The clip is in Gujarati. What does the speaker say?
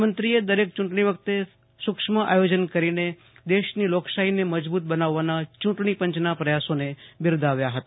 પ્રધાનમંત્રીએ દરેક ચૂંટણી વખતે સુક્ષ્મ આયોજન કરીને દેશની લોકશાહીને મજબૂત બનાવવા ના ચૂંટણી પંચના પ્રયાસોને બિરદાવ્યા હતા